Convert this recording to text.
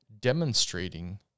demonstrating